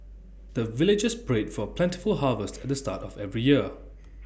the villagers pray for plentiful harvest at the start of every year